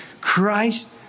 Christ